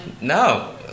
no